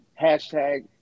hashtag